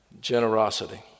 generosity